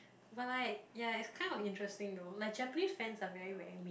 but like ya it's kind of interesting though like Japanese fans are very rare